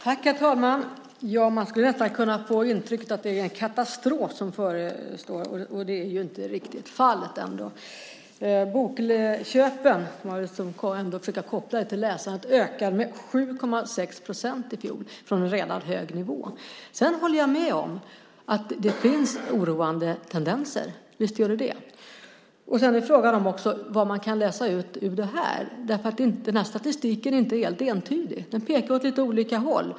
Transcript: Herr talman! Man skulle nästan kunna få intrycket att det är en katastrof som förestår, och det är ändå inte riktigt fallet. Bokköpen, som man kan koppla till läsandet, ökade med 7,6 procent i fjol från en redan hög nivå. Men jag håller med om att det finns oroande tendenser. Det är också fråga om vad man kan läsa ut ur det här. Statistiken är inte helt entydig. Den pekar åt lite olika håll.